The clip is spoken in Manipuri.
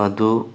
ꯑꯗꯨ